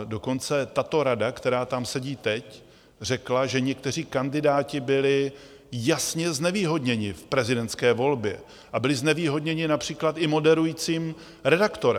Dokonce tato rada, která tam sedí teď, řekla, že někteří kandidáti byli jasně znevýhodněni v prezidentské volbě, a byli znevýhodněni například i moderujícím redaktorem.